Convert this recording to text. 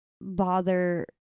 bother